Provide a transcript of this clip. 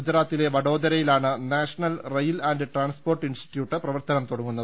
ഗുജറാത്തിലെ വഡോദരയിലാണ് national rail and transport institute പ്രവർത്തനം തുടങ്ങുന്നത്